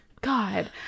God